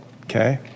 Okay